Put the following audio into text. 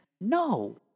No